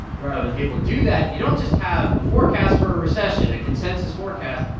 right. of the people do that, you don't just have a forecast for a recession a consensus forecast.